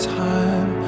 time